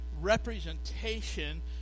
representation